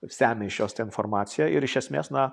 semia iš jos tą informaciją ir iš esmės na